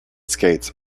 skates